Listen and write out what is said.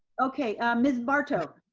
okay, miss barto.